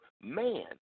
man